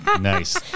nice